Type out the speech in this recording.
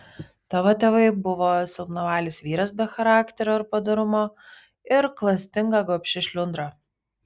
tavo tėvai buvo silpnavalis vyras be charakterio ar padorumo ir klastinga gobši šliundra